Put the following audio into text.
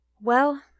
Well